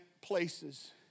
places